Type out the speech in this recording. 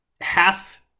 half